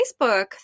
Facebook